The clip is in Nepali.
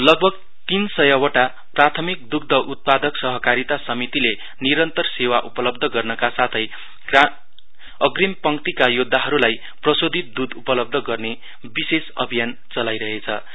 लगभग तीन सयवटा प्राथमिक द्ध उत्पादक सहक्रीता समितिले निरन्तर सेवा उपलव्ध गर्नका साथै अग्रिम पक्तिका योद्धाहरूलाई प्रशोधित दुध उपलब्ध गर्न विशेष अभियान चलाई रहेछन्